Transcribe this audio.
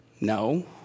No